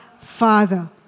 Father